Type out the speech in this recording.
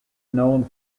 known